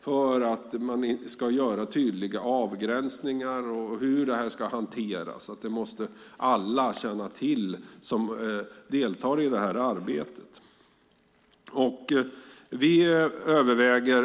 Man måste göra tydliga avgränsningar och veta hur detta ska hanteras. Alla som deltar i detta arbete måste känna till det.